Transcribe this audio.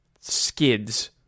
skids